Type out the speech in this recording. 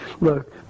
look